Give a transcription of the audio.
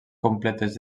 completes